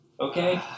Okay